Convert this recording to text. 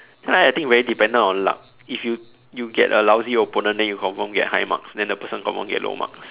so I think very dependent on luck if you you get a lousy opponent then you confirm get high marks then the person confirm get low marks